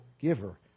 giver